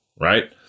right